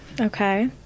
Okay